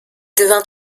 devint